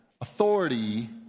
authority